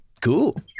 cool